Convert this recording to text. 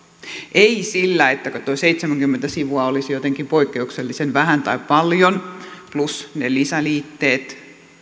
ei sillä ettäkö tuo seitsemänkymmentä sivua olisi jotenkin poikkeuksellisen vähän tai paljon plus ne lisäliitteet